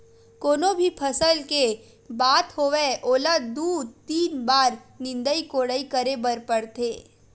कोनो भी फसल के बात होवय ओला दू, तीन बार निंदई कोड़ई करे बर परथे